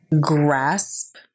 grasp